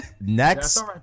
Next